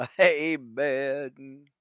Amen